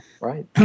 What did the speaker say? right